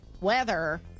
weather